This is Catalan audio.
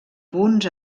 punts